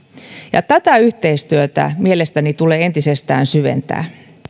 ja tätä yhteistyötä mielestäni tulee entisestään syventää